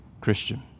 Christian